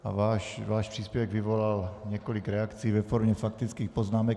A váš příspěvek vyvolal několik reakcí ve formě faktických poznámek.